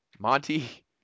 Monty